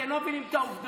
אתם לא מבינים את העובדות.